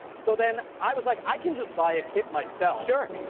so then i was like, i can just buy a kit myself. sure.